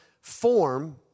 form